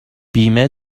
بیمه